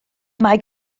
mae